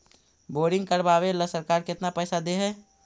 Boring करबाबे ल सरकार केतना पैसा दे है?